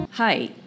Hi